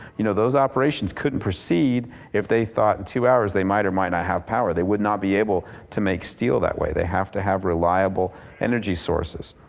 you know those operations couldn't proceed if they thought in two hours they might or might not have power. they would not be able to make steel that way. they have to have reliable energy sources.